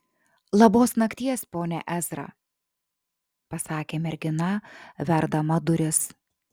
labos nakties pone ezra pasakė mergina verdama duris